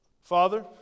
Father